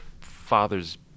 fathers